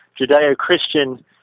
Judeo-Christian